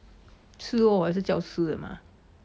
吃咯我也是这样吃的吗